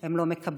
הם לא מקבלים.